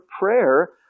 prayer